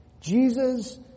Jesus